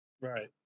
Right